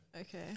Okay